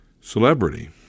celebrity